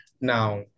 Now